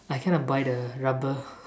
I kind of bite the rubber